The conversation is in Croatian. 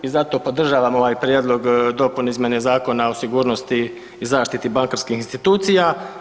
I zato podržavam ovaj Prijedlog dopune i izmjene Zakona o sigurnosti i zaštiti bankarskih institucija.